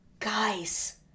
Guys